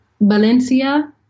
Valencia